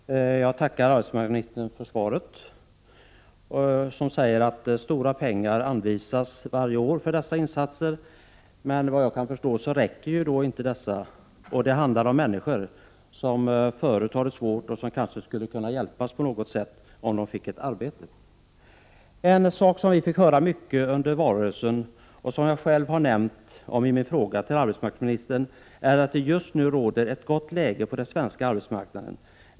Herr talman! Jag tackar arbetsmarknadsministern för svaret. Där sägs att stora pengar anvisas varje år för dessa insatser. Enligt vad jag kan förstå räcker de inte. Det handlar om människor som redan har det svårt och som kanske skulle kunna hjälpas på något sätt om de fick ett arbete. En sak som vi fick höra ofta under valrörelsen och som jag själv har nämnt i min fråga till arbetsmarknadsministern är att det just nu råder ett gott läge på den svenska arbetsmarknaden.